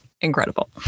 incredible